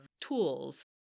tools